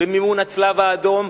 במימון הצלב-האדום,